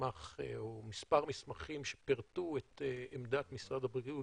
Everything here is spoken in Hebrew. מספר מסמכים שפירטו את עמדת משרד הבריאות,